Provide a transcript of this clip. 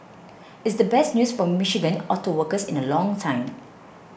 it's the best news for Michigan auto workers in a long time